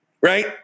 right